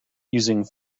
using